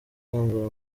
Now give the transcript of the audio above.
yambara